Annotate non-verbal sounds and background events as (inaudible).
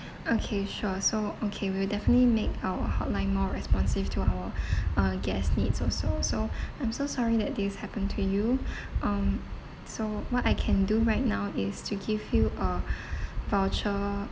okay sure so okay we'll definitely make our hotline more responsive to our (breath) uh guest needs also so (breath) I'm so sorry that this happened to you (breath) um so what I can do right now is to give you a (breath) voucher